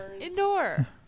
indoor